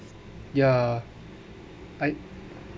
ya I